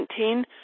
2017